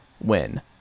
Win